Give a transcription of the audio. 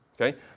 Okay